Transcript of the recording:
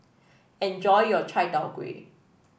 enjoy your Chai Tow Kway